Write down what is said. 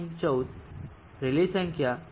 14 rally સંખ્યા 0